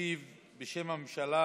ישיב בשם הממשלה